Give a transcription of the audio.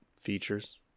features